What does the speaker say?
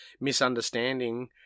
misunderstanding